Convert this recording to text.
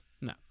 No